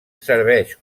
serveix